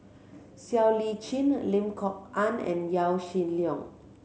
Siow Lee Chin Lim Kok Ann and Yaw Shin Leong